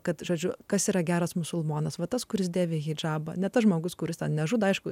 kad žodžiu kas yra geras musulmonas va tas kuris dėvi hidžabą ne tas žmogus kuris nežudo aišku